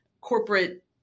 corporate